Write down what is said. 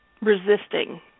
resisting